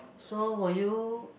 so were you